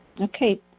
Okay